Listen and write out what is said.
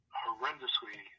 horrendously